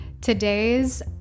Today's